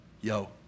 Yo